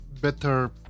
better